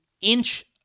inch